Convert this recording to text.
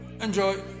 enjoy